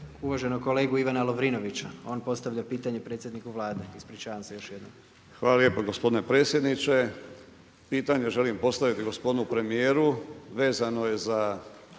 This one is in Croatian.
uvaženog kolegu Ivana Lovrinovića. On postavlja pitanje predsjedniku Vlade. Ispričavam se još jednom. **Lovrinović, Ivan (Promijenimo Hrvatsku)** Hvala lijepa gospodine predsjedniče. Pitanje želim postaviti gospodinu premijeru, vezano je za